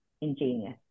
ingenious